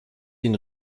den